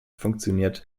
funktioniert